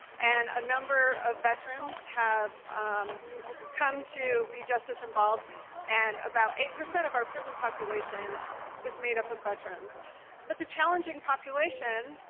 and a number of veterans have come to be just as involved and about eight percent of our prison population is made up of veterans is. a challenging population.